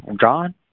John